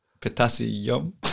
potassium